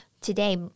today